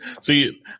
See